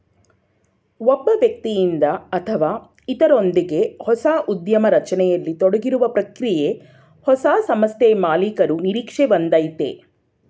ಒಬ್ಬ ವ್ಯಕ್ತಿಯಿಂದ ಅಥವಾ ಇತ್ರರೊಂದ್ಗೆ ಹೊಸ ಉದ್ಯಮ ರಚನೆಯಲ್ಲಿ ತೊಡಗಿರುವ ಪ್ರಕ್ರಿಯೆ ಹೊಸ ಸಂಸ್ಥೆಮಾಲೀಕರು ನಿರೀಕ್ಷೆ ಒಂದಯೈತೆ